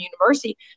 university